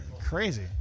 crazy